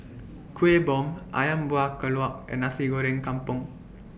Kueh Bom Ayam Buah Keluak and Nasi Goreng Kampung